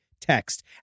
text